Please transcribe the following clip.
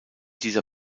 dieser